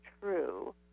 true